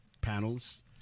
panels